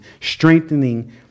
strengthening